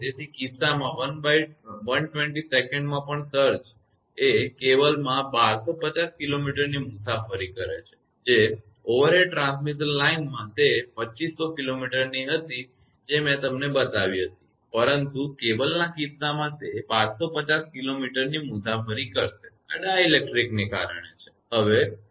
તેથી આ કિસ્સામાં 1120 સેકન્ડમાં પણ સર્જ એ કેબલમાં 1250 કિલોમીટરની મુસાફરી કરે છે કે જે ઓવરહેડ ટ્રાન્સમિશન લાઇનમાં તે 2500 કિલોમીટરની હતી કે જે મેં તમને બતાવી હતી પરંતુ કેબલના કિસ્સામાં તે 1250 કિલોમીટરની મુસાફરી કરશે આ ડાઇલેક્ટ્રિકને કારણે છે